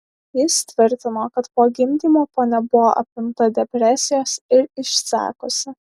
jis tvirtino kad po gimdymo ponia buvo apimta depresijos ir išsekusi